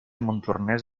montornès